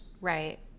Right